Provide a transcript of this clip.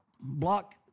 block